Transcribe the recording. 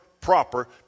proper